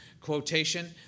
quotation